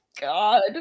God